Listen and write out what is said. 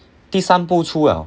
第三步出 liao